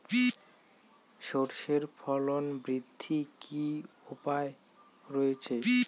সর্ষের ফলন বৃদ্ধির কি উপায় রয়েছে?